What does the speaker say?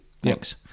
Thanks